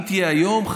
אם תהיה היום,